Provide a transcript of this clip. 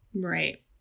right